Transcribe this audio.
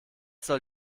soll